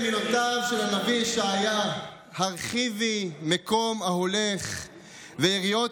אסיים במילותיו של הנביא ישעיה: "הרחיבי מקום אהלך ויריעות